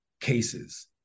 cases